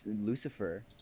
Lucifer